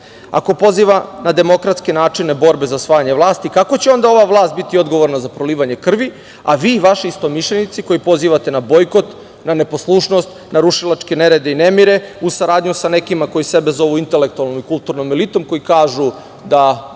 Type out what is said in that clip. ako poziva na demokratske načine borbe za osvajanje vlasti, kako će onda ova vlast biti odgovorna za prolivanje krvi, a vi i vaši istomišljenici koji pozivate na bojkot, na neposlušnost, na rušilačke nerede i nemire uz saradnju sa nekima koji sebe zovu intelektualnom i kulturnom elitom, koji kažu da